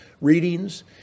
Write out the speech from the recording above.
readings